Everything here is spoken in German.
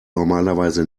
normalerweise